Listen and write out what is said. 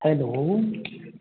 hello